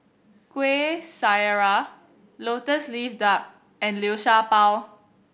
Kuih Syara Lotus Leaf Duck and Liu Sha Bao